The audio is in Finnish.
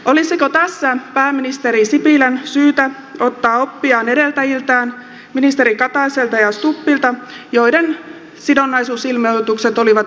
olisiko tässä pääministeri sipilän syytä ottaa oppia edeltäjiltään ministeri kataiselta ja ministeri stubbilta joiden sidonnaisuusilmoitukset olivat yksilöidympiä